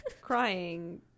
crying